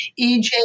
EJ